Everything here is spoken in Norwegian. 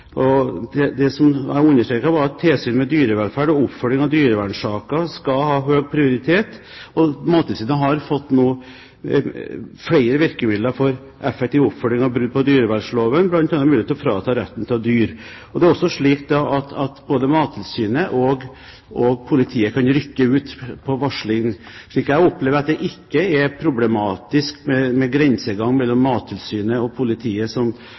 Det jeg understreket, var at tilsyn med dyrevelferd og oppfølging av dyrevernsaker skal ha høy prioritet, og Mattilsynet har nå fått flere virkemidler for effektiv oppfølging av brudd på dyrevernloven, bl.a. muligheten til å frata retten til å ha dyr. Det er også slik at både Mattilsynet og politiet kan rykke ut på varsling. Så jeg opplever at det ikke er problematisk med grensegangen mellom Mattilsynet og politiet, som